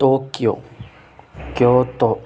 Tokyo kyoto